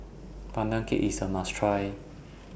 Pandan Cake IS A must Try